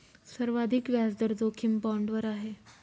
सर्वाधिक व्याजदर जोखीम बाँडवर आहे